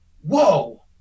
whoa